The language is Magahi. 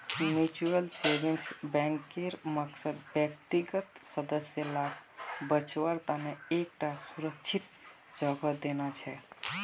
म्यूच्यूअल सेविंग्स बैंकेर मकसद व्यक्तिगत सदस्य लाक बच्वार तने एक टा सुरक्ष्हित जोगोह देना छे